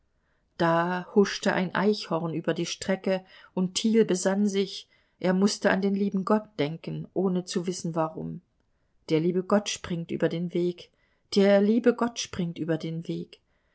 da huschte ein eichhorn über die strecke und thiel besann sich er mußte an den lieben gott denken ohne zu wissen warum der liebe gott springt über den weg der liebe gott springt über den weg